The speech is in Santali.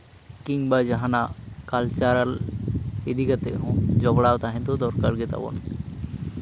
ᱠᱤᱢᱵᱟ ᱡᱟᱦᱟᱸᱱᱟᱜ ᱠᱟᱞᱪᱟᱨᱟᱞ ᱤᱫᱤ ᱠᱟᱛᱮᱫ ᱡᱚᱯᱲᱟᱣ ᱛᱟᱦᱮᱸ ᱫᱚ ᱫᱚᱨᱠᱟᱨ ᱜᱮ ᱛᱟᱵᱚᱱ